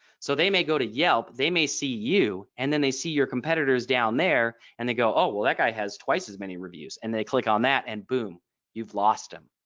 so they may go to yelp they may see you and then they see your competitors down there and they go oh well that guy has twice as many reviews and they click on that and boom you've lost him.